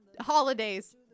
Holidays